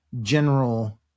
general